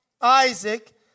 Isaac